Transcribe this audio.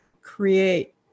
create